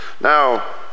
Now